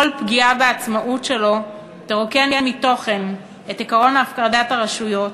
כל פגיעה בעצמאות שלו תרוקן מתוכן את עקרון הפרדת הרשויות